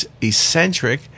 eccentric